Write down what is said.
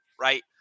right